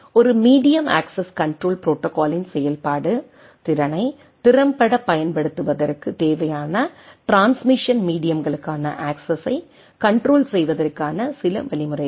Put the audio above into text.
ஒரு medium access control ப்ரோடோகாலின் செயல்பாடு திறனை திறம்பட பயன்படுத்துவதற்கு தேவையான ட்ரான்ஸ்மிசன் மீடியம்களுக்கான அக்சஸ்ஸை கண்ட்ரோல் செய்வதற்கான சில வழிமுறையாகும்